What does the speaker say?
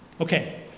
Okay